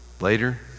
Later